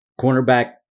Cornerback